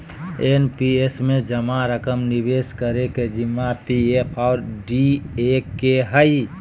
NPS में जमा रकम निवेश करे के जिम्मा पी.एफ और डी.ए के हइ